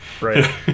Right